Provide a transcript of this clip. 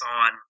on